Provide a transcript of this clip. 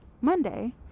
Monday